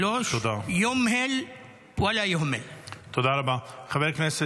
שלוש: (אומר בערבית: "נותן שהות,